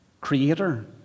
creator